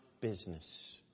business